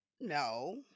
no